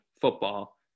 football